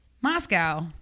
Moscow